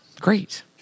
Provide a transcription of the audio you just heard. great